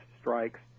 strikes